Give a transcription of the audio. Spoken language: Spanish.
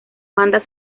banda